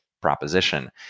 proposition